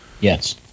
Yes